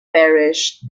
perished